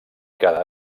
cada